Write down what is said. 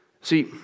See